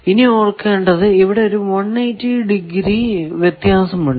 ഇനി ഓർക്കേണ്ടത് ഇവിടെ ഒരു 180 ഡിഗ്രി വ്യത്യാസമുണ്ട്